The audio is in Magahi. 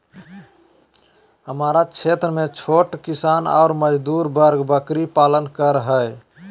हमरा क्षेत्र में छोट किसान ऑर मजदूर वर्ग बकरी पालन कर हई